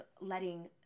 letting